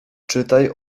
czytaj